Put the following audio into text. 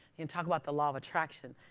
and talk about the law of attraction.